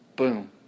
Boom